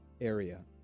area